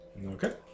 Okay